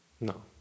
No